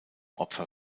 opfer